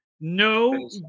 No